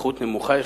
לחות נמוכה יחסית,